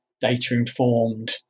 data-informed